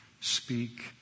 speak